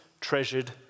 treasured